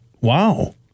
Wow